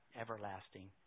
everlasting